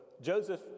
Joseph